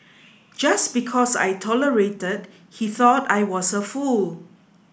just because I tolerated he thought I was a fool